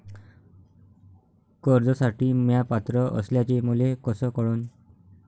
कर्जसाठी म्या पात्र असल्याचे मले कस कळन?